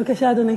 בבקשה, אדוני.